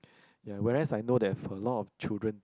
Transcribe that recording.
whereas I know they've a lot of children